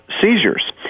seizures